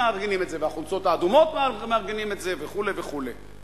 מארגנים את זה ו"החולצות האדומות" מארגנים את זה וכו' וכו'.